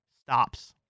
stops